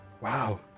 Wow